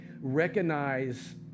recognize